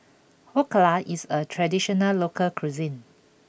Dhokla is a traditional local cuisine